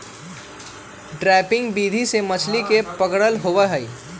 trapping विधि से मछली के पकड़ा होबा हई